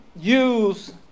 use